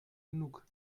genug